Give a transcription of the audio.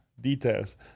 Details